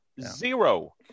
Zero